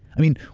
i mean,